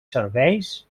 serveis